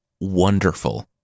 wonderful